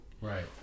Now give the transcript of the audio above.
right